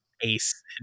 ace